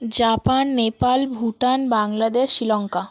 Japan Nepal Bhutan Bangladesh Sri Lanka